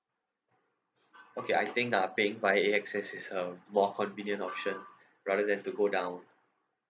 okay I think uh paying via A_X_S is a more convenient option rather than to go down